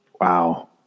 Wow